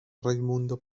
raimundo